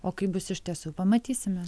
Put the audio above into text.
o kaip bus iš tiesų pamatysime